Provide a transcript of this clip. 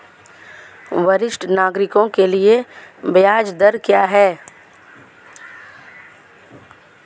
वरिष्ठ नागरिकों के लिए ब्याज दर क्या हैं?